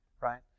right